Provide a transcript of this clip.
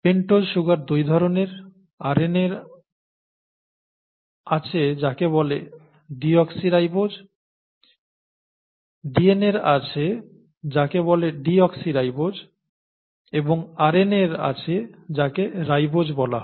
pentose sugar দুই ধরনের DNAর আছে যাকে বলে ডিঅক্সিরাইবোজ এবং RNA র আছে যাকে রাইবোজ বলা হয়